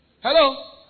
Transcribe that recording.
Hello